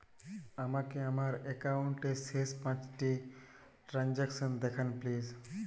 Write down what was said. আমাকে আমার একাউন্টের শেষ পাঁচটি ট্রানজ্যাকসন দেখান প্লিজ